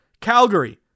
Calgary